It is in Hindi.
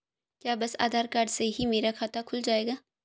क्या बस आधार कार्ड से ही मेरा खाता खुल जाएगा?